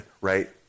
Right